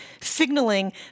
signaling